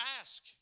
ask